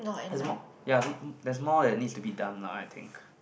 there's more ya there's more that needs to be done lah I think